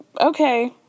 Okay